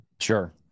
Sure